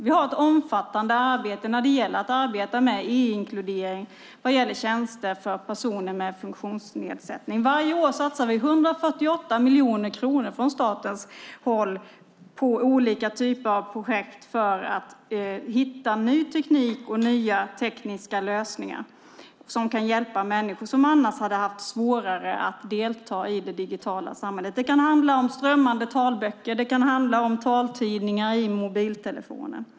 Vi har ett omfattande arbete med e-inkludering vad gäller tjänster för personer med funktionsnedsättning. Varje år satsar vi 148 miljoner kronor från statens håll på olika typer av projekt för att hitta ny teknik och nya tekniska lösningar som kan hjälpa människor som annars hade haft svårare att delta i det digitala samhället. Det kan handla om strömmande talböcker. Det kan handla om taltidningar i mobiltelefonen.